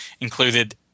included